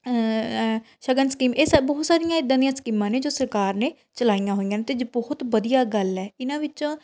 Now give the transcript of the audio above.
ਸ਼ਗਨ ਸਕੀਮ ਇਹ ਸ ਬਹੁਤ ਸਾਰੀਆਂ ਇੱਦਾਂ ਦੀਆਂ ਸਕੀਮਾਂ ਨੇ ਜੋ ਸਰਕਾਰ ਨੇ ਚਲਾਈਆਂ ਹੋਈਆਂ ਨੇ ਅਤੇ ਜੋ ਬਹੁਤ ਵਧੀਆ ਗੱਲ ਹੈ ਇਹਨਾਂ ਵਿੱਚੋਂ